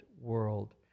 world